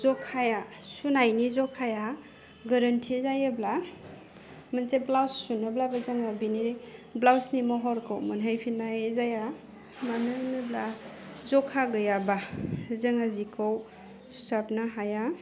जखाया सुनायनि जखाया गोरोन्थि जायोब्ला मोनसे ब्लाउस सुनोब्ला बे जोङो बेनि ब्लाउसनि महरखौ मोनहैफिननाय जाया मानो होनोब्ला जखा गैयाबा जोङो जिखौ सुथाबनो हाया